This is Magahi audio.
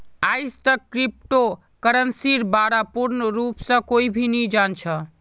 आईजतक क्रिप्टो करन्सीर बा र पूर्ण रूप स कोई भी नी जान छ